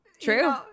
true